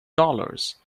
dollars